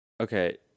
okay